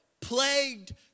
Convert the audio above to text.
plagued